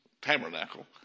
tabernacle